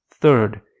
Third